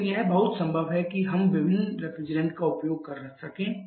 लेकिन यह बहुत संभव है कि हम विभिन्न रेफ्रिजरेंट का भी उपयोग कर सकें